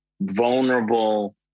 vulnerable